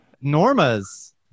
Norma's